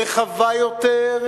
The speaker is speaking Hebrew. רחבה יותר,